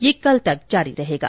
यह कल तक जारी रहेगा